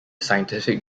scientific